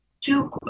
two